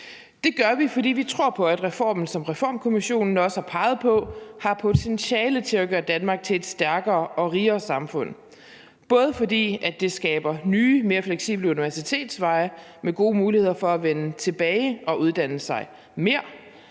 Det gør vi, fordi vi tror på, at reformen, som Reformkommissionen også har peget på, har potentiale til at gøre Danmark til et stærkere og rigere samfund – både fordi det skaber nye, mere fleksible universitetsveje med gode muligheder for at vende tilbage og uddanne sig mere,